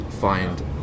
find